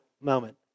moment